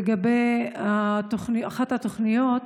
לגבי אחת התוכניות,